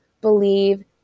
believe